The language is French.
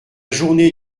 journée